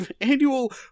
annual